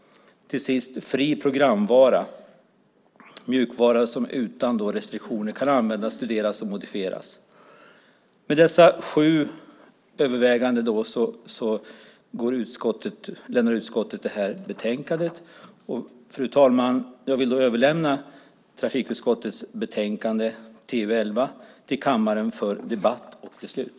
Till sist behandlas fri programvara, mjukvara som utan restriktioner kan användas, studeras och modifieras. Med dessa sju överväganden lämnar utskottet det här betänkandet. Fru talman! Jag vill överlämna trafikutskottets betänkande TU11 till kammaren för debatt och beslut.